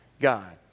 God